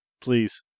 Please